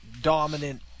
dominant